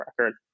record